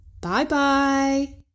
bye-bye